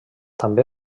també